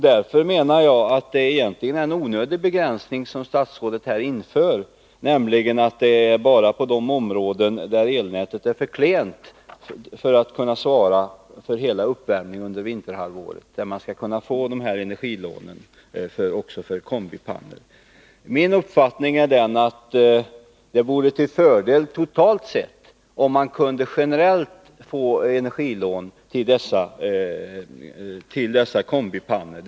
Därför menar jag att det egentligen är en onödig begränsning som statsrådet inför, att man bara i de områden där elnätet är för klent för att kunna svara för eluppvärmningen under vinterhalvåret skall kunna få de här energilånen också för kombipannor. Min uppfattning är att det vore till fördel totalt sett om det kunde generellt utgå energilån till dessa kombipannor.